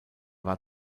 war